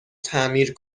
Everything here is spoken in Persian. تعمیر